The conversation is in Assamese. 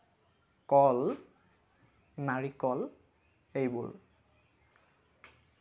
কল নাৰিকল এইবোৰ